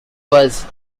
was